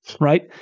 right